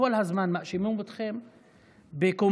וכל הזמן מאשימים אתכם בקומבינות,